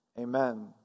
amen